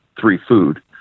three-food